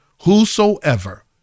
whosoever